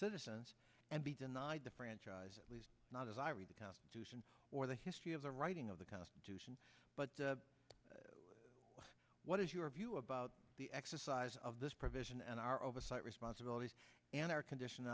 citizens and be denied the franchise not as i read the constitution or the history of the writing of the constitution but what is your view about the exercise of this provision and our oversight responsibilities and our condition